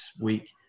week